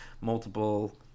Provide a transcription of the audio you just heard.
multiple